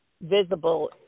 visible